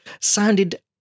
sounded